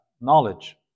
knowledge